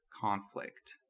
conflict